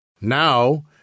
Now